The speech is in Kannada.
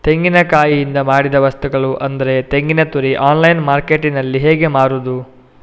ತೆಂಗಿನಕಾಯಿಯಿಂದ ಮಾಡಿದ ವಸ್ತುಗಳು ಅಂದರೆ ತೆಂಗಿನತುರಿ ಆನ್ಲೈನ್ ಮಾರ್ಕೆಟ್ಟಿನಲ್ಲಿ ಹೇಗೆ ಮಾರುದು?